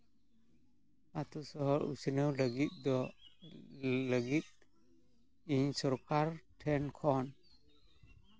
ᱟᱛᱳ ᱥᱚᱦᱚᱨ ᱩᱛᱱᱟᱹᱣ ᱞᱟᱹᱜᱤᱫ ᱫᱚ ᱞᱟᱹᱜᱤᱫ ᱤᱧ ᱥᱚᱨᱠᱟᱨ ᱴᱷᱮᱱ ᱠᱷᱚᱱ